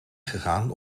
gegaan